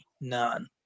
none